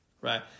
right